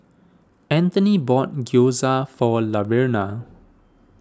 Anthoney bought Gyoza for Laverna